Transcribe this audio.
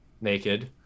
naked